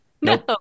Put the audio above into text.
no